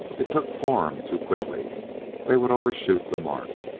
it took form too quickly they would overshoot the mark.